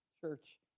church